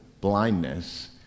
blindness